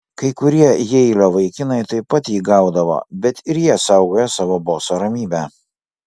kai kurie jeilio vaikinai taip pat jį gaudavo bet ir jie saugojo savo boso ramybę